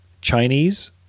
Chinese